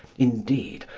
indeed,